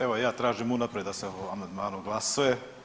Evo ja tražim unaprijed da se o amandmanu glasuje.